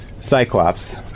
cyclops